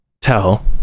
tell